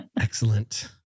Excellent